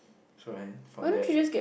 so right from that